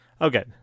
Okay